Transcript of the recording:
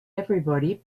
everybody